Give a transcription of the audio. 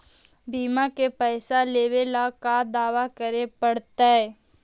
बिमा के पैसा लेबे ल कहा दावा करे पड़तै?